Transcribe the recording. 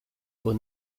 aux